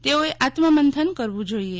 તેઓએ આત્મમંથન કરવું જોઇએ